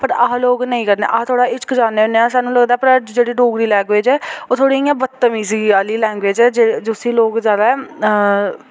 पर अस लोग नेईं करने आं अस थोह्ड़ा हिचकचाने होने आं सानूं लगदा भला जेह्ड़ी डोगरी लैंग्वेज़ ऐ ओह् थोह्ड़ी इ'यां बतमीज़ी आह्ली लैंग्वेज़ ऐ जिसी लोग जादै अ